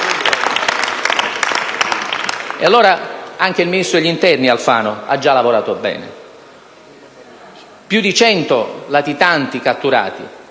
Vicari).* Anche il ministro dell'interno Alfano ha già lavorato bene. Più di cento latitanti catturati.